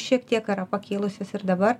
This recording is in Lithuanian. šiek tiek ar pakilusios ir dabar